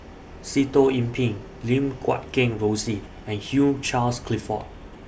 Sitoh Yih Pin Lim Guat Kheng Rosie and Hugh Charles Clifford